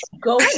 go